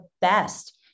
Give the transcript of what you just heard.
best